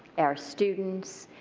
our students,